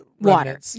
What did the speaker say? water